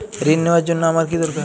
ঋণ নেওয়ার জন্য আমার কী দরকার?